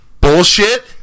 Bullshit